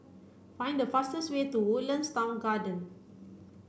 find the fastest way to Woodlands Town Garden